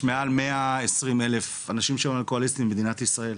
יש מעל ל-120,000 שהם אלכוהוליסטים במדינת ישראל,